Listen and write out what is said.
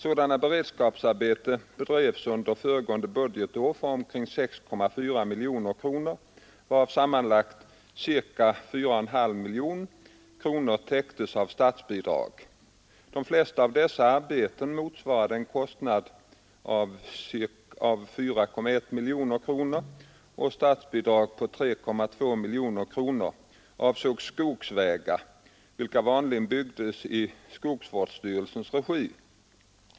Sådana beredskapsarbeten bedrevs under föregående budgetår för omkring 6,4 miljoner kronor, varav sammanlagt ca 4,5 miljoner kronor täcktes av statsbidrag. De flesta av dessa arbeten — motsvarande en kostnad av 4,1 miljoner kronor och statsbidrag på 3,2 miljoner kronor — avsåg skogsvägar, vilka vanligen byggdes i skogsvårdsstyrelsernas regi.